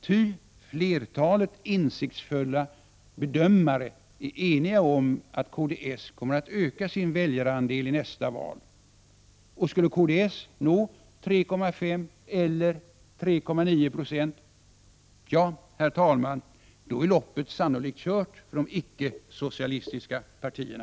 Ty flertalet insiktsfulla bedömare är eniga om att kds kommer att öka sin väljarandel i nästa val. Och skulle kds nå 3,5 eller 3,9 26, — ja, herr talman, då är loppet sannolikt kört för de icke-socialistiska partierna.